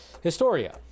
Historia